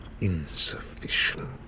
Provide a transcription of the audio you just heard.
insufficient